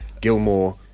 Gilmore